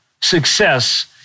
success